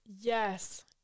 Yes